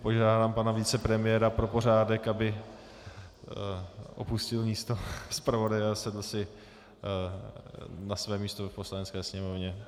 Požádám pana vicepremiéra pro pořádek, aby opustil místo zpravodaje a sedl si na své místo v Poslanecké sněmovně.